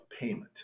payment